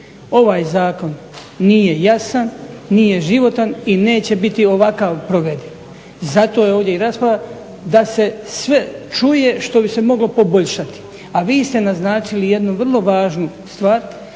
Ovaj zakon nije jasan, nije životan i neće biti ovakav provediv. Zato je ovdje i rasprava, da se sve čuje što bi se moglo poboljšati. A vi ste naznačili jednu vrlo važnu stvar,